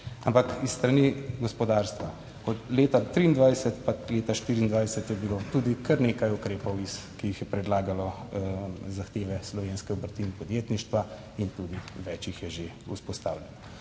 ampak s strani gospodarstva. Od leta 2023 pa leta 2024 je bilo tudi kar nekaj ukrepov, ki jih je predlagalo, zahteve slovenske obrti in podjetništva in tudi več jih je že vzpostavljen.